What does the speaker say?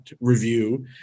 review